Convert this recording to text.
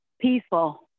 peaceful